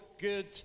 good